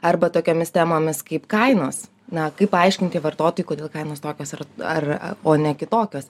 arba tokiomis temomis kaip kainos na kaip paaiškinti vartotojui kodėl kainos tokios ar ar o ne kitokios